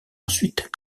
ensuite